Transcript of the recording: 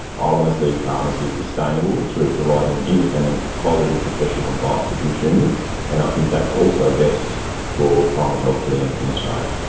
i want to see pharmacy sustainable through providing independent quality professional advice to consumers, and i think that's also best for primary healthcare in australia.